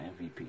MVP